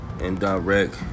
indirect